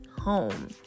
home